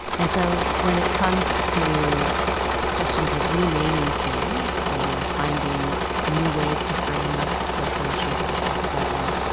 and so when it comes to questions of renaming things or finding new ways to frame social issues or to talk about them,